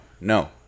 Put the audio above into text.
no